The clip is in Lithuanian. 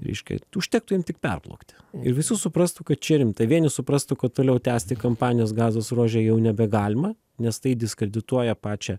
reiškia užtektų jiem tik perplaukti ir visi suprastų kad čia rimtai vieni suprastų kad toliau tęsti kampanijos gazos ruože jau nebegalima nes tai diskredituoja pačią